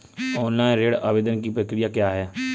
Online ऋण आवेदन की प्रक्रिया क्या है?